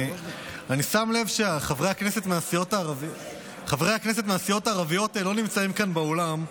אני שם לב שחברי הכנסת מהסיעות הערביות לא נמצאים כאן באולם,